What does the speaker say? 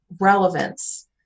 relevance